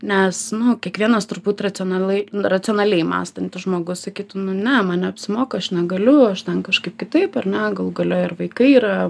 nes nu kiekvienas turbūt racionalu racionaliai mąstantis žmogus sakytų nu ne man neapsimoka aš negaliu aš ten kažkaip kitaip ar ne galų gale ir vaikai yra